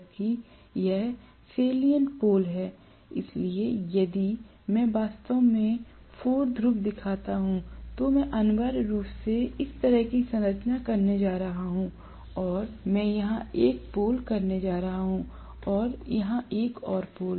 जबकि यह salient pole है इसलिए यदि मैं वास्तव में 4 ध्रुव दिखाता हूं तो मैं अनिवार्य रूप से इस तरह की संरचना करने जा रहा हूं और मैं यहां एक पोल करने जा रहा हूं यहां एक और पोल